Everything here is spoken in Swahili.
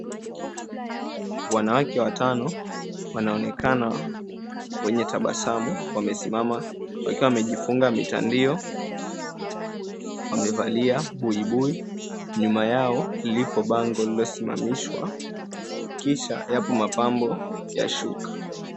Wanawake watano wanaonekana wenye tabasamu wamesimama wakiwa wamejifunga mitandio, wamevalia buibui, nyuma yao lipo bango lililosimamishwa kisha yapo mapambo ya shuka.